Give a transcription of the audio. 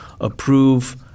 approve